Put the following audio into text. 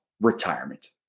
retirement